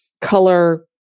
color